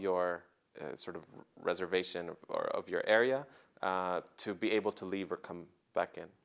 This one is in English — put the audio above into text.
your sort of reservation of of your area to be able to leave or come back and